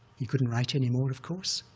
he couldn't write anymore, of course,